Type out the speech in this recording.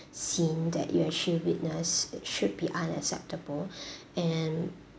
that you actually witnessed it should be unacceptable and